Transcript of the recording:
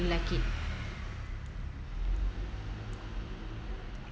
really like it